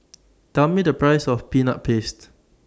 Tell Me The Price of Peanut Paste